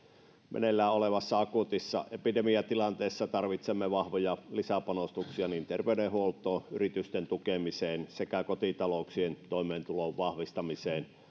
meneillään olevassa akuutissa epidemiatilanteessa tarvitsemme vahvoja lisäpanostuksia niin terveydenhuoltoon yritysten tukemiseen kuin kotitalouksien toimeentulon vahvistamiseen